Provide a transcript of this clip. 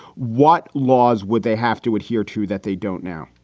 what laws would they have to adhere to that they don't now?